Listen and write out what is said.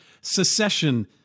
secession